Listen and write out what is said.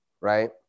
Right